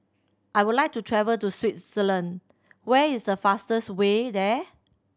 I would like to travel to Swaziland where is a fastest way there